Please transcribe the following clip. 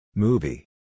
Movie